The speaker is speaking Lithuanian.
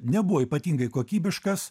nebuvo ypatingai kokybiškas